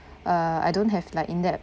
uh I don't have like in depth